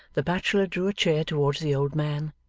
the bachelor drew a chair towards the old man,